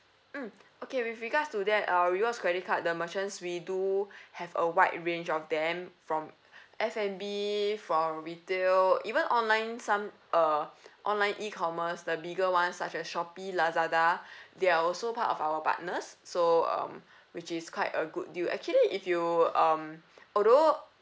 mm okay with regards to that our rewards credit card the merchants we do have a wide range of them from F&B for retail even online some uh online E commerce the bigger ones such as Shopee Lazada they are also part of our partners so um which is quite a good deal actually if you um although